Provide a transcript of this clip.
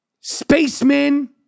spacemen